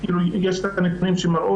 יש את הנתונים שמראים